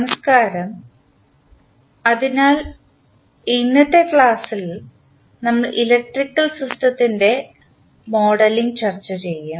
നമസ്കാരം അതിനാൽ ഇന്നത്തെ ക്ലാസ്സിൽ നമ്മൾ ഇലക്ട്രിക്കൽ സിസ്റ്റത്തിൻറെ മോഡലിംഗ് ചർച്ച ചെയ്യും